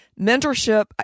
mentorship